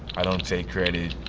i don't take credit,